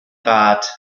rat